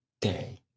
day